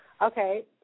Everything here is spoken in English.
Okay